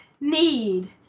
need